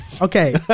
Okay